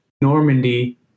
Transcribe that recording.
Normandy